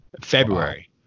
February